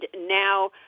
now